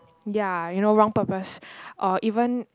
ya you know wrong purpose or even